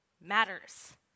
matters